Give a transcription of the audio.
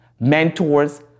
mentors